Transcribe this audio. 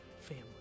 family